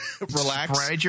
Relax